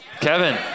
Kevin